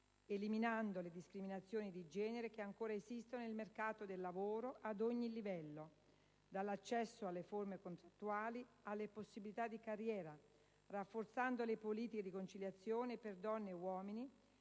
eliminando le discriminazioni di genere che ancora esistono nel mercato del lavoro ad ogni livello, dall'accesso alle forme contrattuali alle possibilità di carriera, rafforzando le politiche di conciliazione, per donne e uomini,